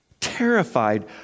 Terrified